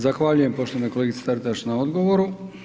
Zahvaljujem poštovanoj kolegici Taritaš na odgovoru.